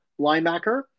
linebacker